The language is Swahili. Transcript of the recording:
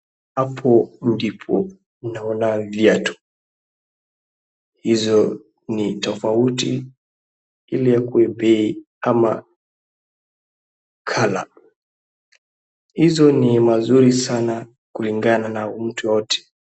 Hapo ndipo unaona viatu. Hizo ni tofauti ile ya kuipii kama colour .Hizo ni mzuri sana kulingana na mtu yeyote.